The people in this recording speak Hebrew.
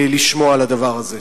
לשמוע על הדבר הזה.